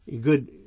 good